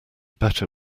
better